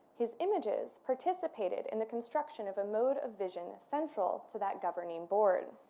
his images participated in the construction of a mode of vision central to that governing board.